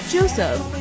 Joseph